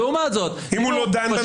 אם הוא לא דן...